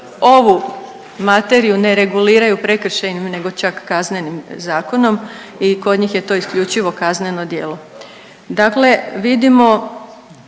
ovu materiju ne reguliraju prekršajnim nego čak kaznenim zakonom i kod njih je to isključivo kazneno djelo. Dakle, vidimo